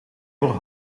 voor